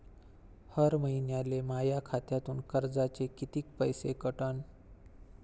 हर महिन्याले माह्या खात्यातून कर्जाचे कितीक पैसे कटन?